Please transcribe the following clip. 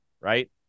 right